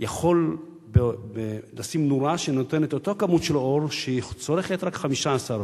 יכול לשים נורה שנותנת אותה כמות של אור וצורכת רק 15 וולט.